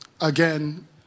Again